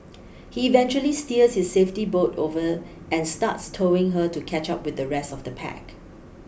he eventually steers his safety boat over and starts towing her to catch up with the rest of the pack